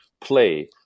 play